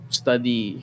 study